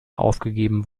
aufgegeben